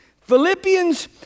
Philippians